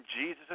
Jesus